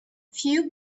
few